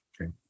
Okay